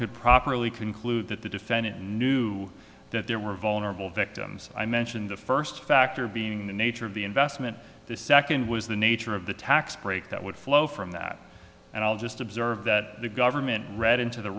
could properly conclude that the defendant knew that there were vulnerable victims i mentioned the first factor being the nature of the investment the second was the nature of the tax break that would flow from that and i'll just observe that the government read into the